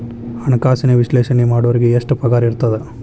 ಹಣ್ಕಾಸಿನ ವಿಶ್ಲೇಷಣೆ ಮಾಡೋರಿಗೆ ಎಷ್ಟ್ ಪಗಾರಿರ್ತದ?